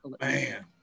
man